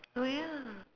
oh ya